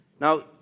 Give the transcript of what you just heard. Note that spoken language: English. Now